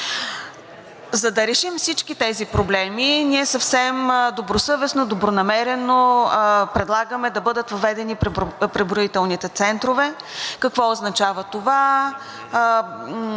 За да решим всичките тези проблеми ние съвсем добросъвестно, добронамерено предлагаме да бъдат въведени преброителните центрове. Какво означава това?